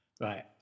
Right